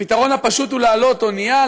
הפתרון הפשוט הוא להעלות אונייה,